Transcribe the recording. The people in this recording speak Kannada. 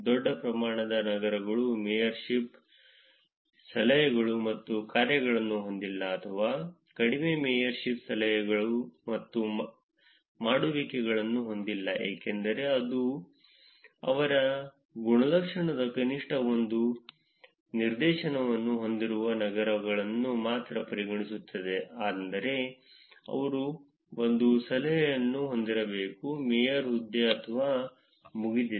ದೊಡ್ಡ ಪ್ರಮಾಣದ ನಗರಗಳು ಮೇಯರ್ಶಿಪ್ ಸಲಹೆಗಳು ಮತ್ತು ಕಾರ್ಯಗಳನ್ನು ಹೊಂದಿಲ್ಲ ಅಥವಾ ಕಡಿಮೆ ಮೇಯರ್ಶಿಪ್ ಸಲಹೆಗಳು ಮತ್ತು ಮಾಡುವಿಕೆಗಳನ್ನು ಹೊಂದಿಲ್ಲ ಏಕೆಂದರೆ ಅವರು ಗುಣಲಕ್ಷಣದ ಕನಿಷ್ಠ ಒಂದು ನಿದರ್ಶನವನ್ನು ಹೊಂದಿರುವ ನಗರಗಳನ್ನು ಮಾತ್ರ ಪರಿಗಣಿಸುತ್ತಿದ್ದರು ಅಂದರೆ ಅವರು ಒಂದು ಸಲಹೆಯನ್ನು ಹೊಂದಿರಬೇಕು ಮೇಯರ್ ಹುದ್ದೆ ಅಥವಾ ಮುಗಿದಿದೆ